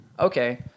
Okay